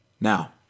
Now